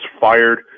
fired